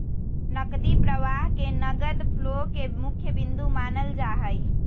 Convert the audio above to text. नकदी प्रवाह के नगद फ्लो के मुख्य बिन्दु मानल जाहई